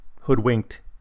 hoodwinked